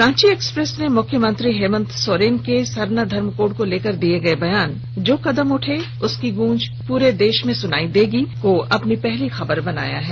Ranchi Express ने मुख्यमंत्री हेमंत सोरेन के सरना धर्म कोड को लेकर दिए बयान जो कदम उठे उसकी गूंज पूरे देश में सुनाई देगी को अपनी पहली खबर बनाया है